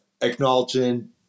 acknowledging